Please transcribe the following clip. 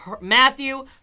Matthew